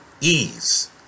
ease